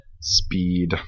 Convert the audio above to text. Speed